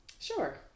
Sure